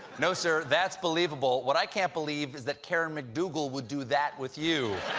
no sir, that's believable. what i can't believe is that karen mcdougal would do that with you.